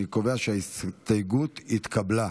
אני קובע שההסתייגות התקבלה.